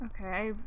Okay